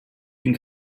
den